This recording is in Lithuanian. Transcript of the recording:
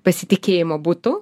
pasitikėjimo būtų